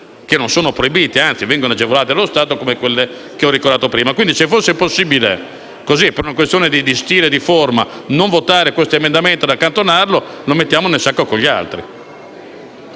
che non sono proibite, anzi vengono agevolate dallo Stato, come quelle che ho ricordato prima. Pertanto, chiedo se sia possibile, per una questione di stile e di forma, non votare questo emendamento ed accantonarlo, mettendolo nel sacco con gli altri.